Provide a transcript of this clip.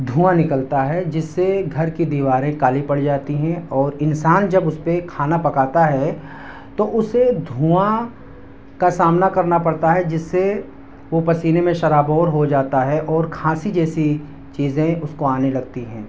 دھواں نکلتا ہے جس سے گھر کی دیواریں کالی پڑ جاتی ہیں اور انسان جب اس پہ کھانا پکاتا ہے تو اسے دھواں کا سامنا کرنا پڑتا ہے جس سے وہ پسینے میں شرابور ہو جاتا ہے اور کھانسی جیسی چیزیں اس کو آنے لگتی ہیں